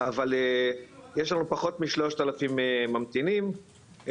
אבל יש לנו פחות מ-3,000 ממתינים,